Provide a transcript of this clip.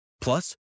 Plus